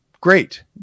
Great